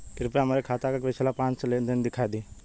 कृपया हमरे खाता क पिछला पांच लेन देन दिखा दी